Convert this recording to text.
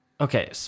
okay